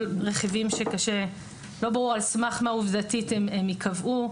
רכיבים שלא ברור על סמך מה עובדתית הם ייקבעו.